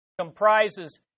comprises